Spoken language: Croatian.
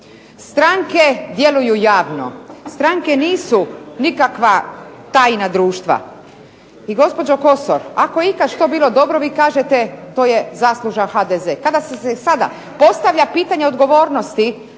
Stranke djeluju javno. Stranke nisu nikakva tajna društva. I gospođo Kosor, ako je ikad što bilo dobro vi kažete to je zaslužan HDZ. Tako se i sada postavlja pitanje odgovornosti